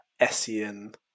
Essien